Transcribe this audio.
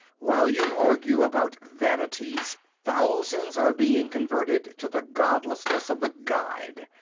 while you argue about vanities, thousands are being converted to the godlessness of the guide,